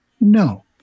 No